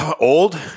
Old